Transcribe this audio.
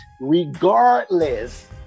regardless